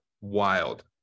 wild